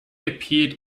appeared